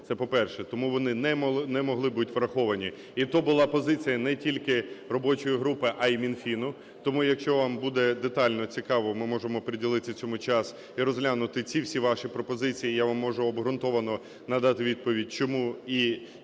Це по-перше. Тому вони не могли бути враховані. І то була позиція не тільки робочої групи, а і Мінфіну. Тому, якщо вам буде детально цікаво, ми можемо приділити цьому час і розглянути ці всі ваші пропозиції, я вам можу обґрунтовано надати відповідь чому і,